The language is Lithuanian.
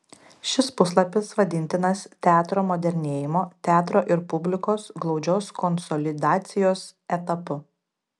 šis puslapis vadintinas teatro modernėjimo teatro ir publikos glaudžios konsolidacijos etapu